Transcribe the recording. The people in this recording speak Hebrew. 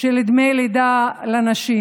של דמי לידה לנשים.